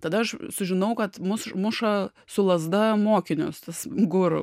tada aš sužinau kad mus muša su lazda mokinius tas guru